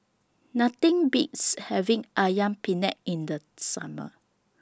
Nothing Beats having Ayam Penyet in The Summer